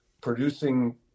producing